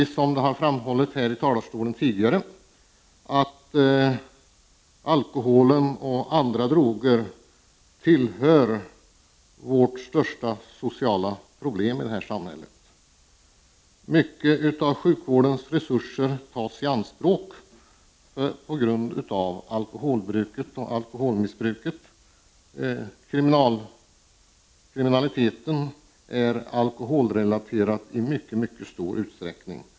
Som det har framhållits här i talarstolen tidigare tillhör alkohol och andra droger våra största sociala problem. Stora delar av sjukvårdens resurser tas i anspråk på grund av alkoholbruk och alkoholmissbruk. Kriminaliteten, våldsbrottsligheten, är alkoholrelaterad i mycket stor utsträckning.